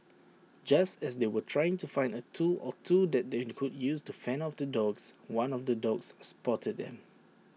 just as they were trying to find A tool or two that they be could use to fend off the dogs one of the dogs spotted them